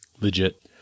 legit